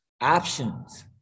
options